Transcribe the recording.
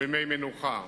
ובימי מנוחה